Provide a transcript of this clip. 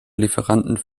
lieferanten